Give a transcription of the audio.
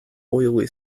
oily